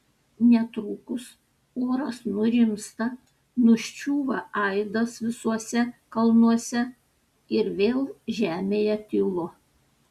netrukus oras nurimsta nuščiūva aidas visuose kalnuose ir vėl žemėje tylu